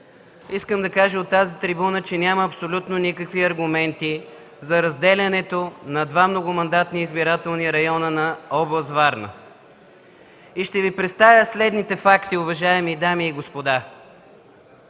Искам да кажа от тази трибуна, че няма абсолютно никакви аргументи за разделянето на два многомандатни избирателни района на област Варна. Уважаеми дами и господа,